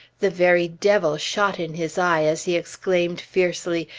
the very devil shot in his eye as he exclaimed fiercely,